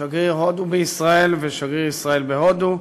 שגריר הודו בישראל ושגריר ישראל בהודו,